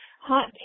Hot